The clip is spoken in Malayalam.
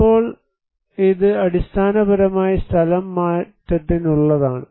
ഇപ്പോൾ ഇത് അടിസ്ഥാനപരമായി സ്ഥലംമാറ്റത്തിനുള്ളതാണ്